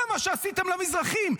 זה מה שעשיתם למזרחים.